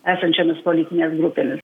esančiomis politinės grupėmis